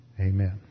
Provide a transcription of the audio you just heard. Amen